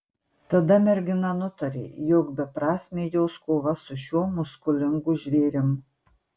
tada mergina nutarė jog beprasmė jos kova su šiuo muskulingu žvėrim